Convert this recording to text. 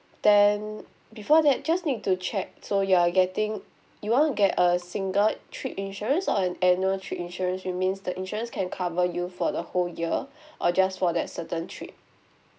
then before that just need to check so you are getting you want to get a single trip insurance or an annual trip insurance which means the insurance can cover you for the whole year or just for that certain trip